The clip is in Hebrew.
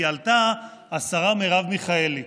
כי עלתה השרה מרב מיכאלי,